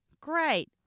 great